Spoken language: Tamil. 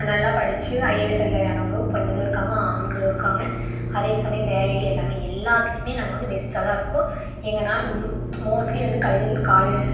நல்லா படித்து ஐஏஎஸ் அதிகாரி ஆனவங்களும் பொண்ணுங்களும் இருக்காங்க ஆண்களும் இருக்காங்க அதே சமயம் வேலைலேயும் எல்லாம் எல்லாத்துலேயுமே நாங்கள் வந்து பெஸ்ட்டாக தான் இருக்கோம் எங்கனா மோஸ்ட்லீ வந்து